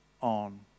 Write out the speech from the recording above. on